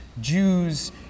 Jews